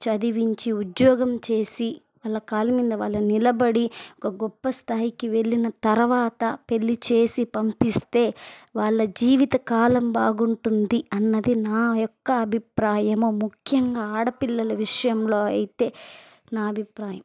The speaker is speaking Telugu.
చదివించి ఉద్యోగం చేసి వాళ్ళ కాళ్ళ మీద వాళ్ళు నిలబడి ఒక గొప్ప స్థాయికి వెళ్ళిన తర్వాత పెళ్ళి చేసి పంపిస్తే వాళ్ళ జీవితకాలం బాగుంటుంది అన్నది నా యొక్క అభిప్రాయం ముఖ్యంగా ఆడపిల్లల విషయంలో అయితే నా అభిప్రాయం